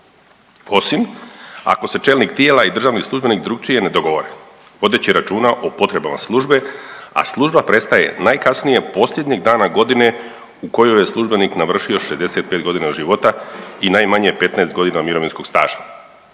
osim ako se čelnik tijela i državni službenik drukčije ne dogovore, vodeći računa o potrebama službe, a služba prestaje najkasnije posljednjeg dana godine u kojoj je službenik navršio 65 godina života i najmanje 15 godina mirovinskog staža.